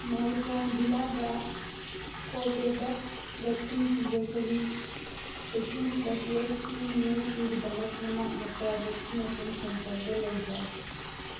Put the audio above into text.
ꯃꯥꯔꯤꯒꯥꯎꯟ ꯖꯤꯂꯥꯗ Corbevax vaccine ꯄꯤꯕ ꯆꯍꯤ ꯑꯩꯇꯤꯟ ꯄ꯭ꯂꯁ ꯌꯔꯁꯀꯤ ꯃꯤꯌꯣꯏꯁꯤꯡꯒꯤꯗꯃꯛ ꯃꯅꯥꯛ ꯅꯛꯄ ꯕꯦꯛꯁꯤꯅꯦꯁꯟ ꯁꯦꯟꯇꯔꯒ ꯂꯩꯕꯔ